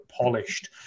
polished